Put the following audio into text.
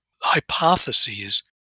hypotheses